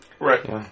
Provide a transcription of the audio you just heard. Right